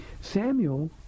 Samuel